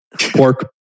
pork